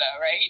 right